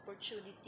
opportunity